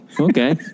okay